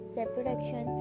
reproduction